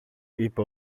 είπε